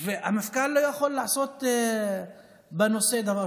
המפכ"ל לא יכול לעשות בנושא דבר.